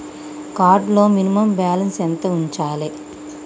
Card లో minimum balance ఎంత ఉంచాలే?